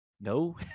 no